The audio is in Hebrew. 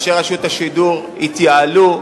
אנשי רשות השידור גם יתייעלו,